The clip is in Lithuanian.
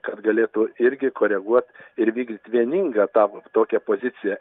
kad galėtų irgi koreguot ir vykdyt vieningą tą tokią poziciją